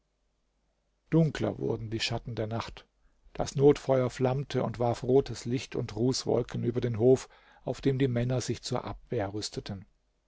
dunkler wurden die schatten der nacht das notfeuer flammte und warf rotes licht und rußwolken über den hof auf dem die männer sich zur abwehr rüsteten